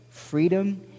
freedom